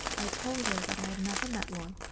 i told her that i had never met one,